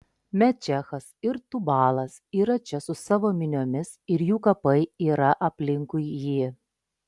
mešechas ir tubalas yra čia su savo miniomis ir jų kapai yra aplinkui jį